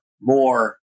more